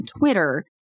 Twitter